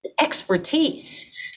expertise